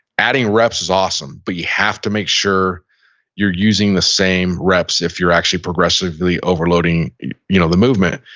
adding reps is awesome. but you have to make sure you're using the same reps if you're actually progressively overloading you know the movement.